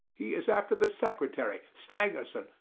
he is after the secretary stangerson,